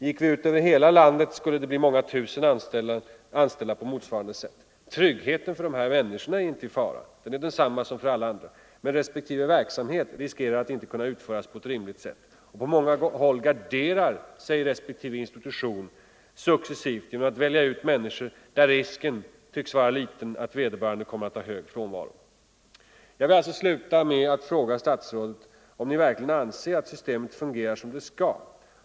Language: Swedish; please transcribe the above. Skulle vi ta med hela landet, rör detta många tusen som är anställda på motsvarande sätt. Tryggheten för dessa människor är densamma som för alla andra, men respektive verksamhet riskerar att inte kunna utföras på ett rimligt sätt, och på många håll garderar sig därför respektive institution successivt genom att välja ut människor där risken tycks vara liten för att vederbörande kommer att ha hög frånvaro. Jag vill alltså sluta med att fråga statsrådet om Ni verkligen anser att systemet fungerar som det skall.